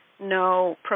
no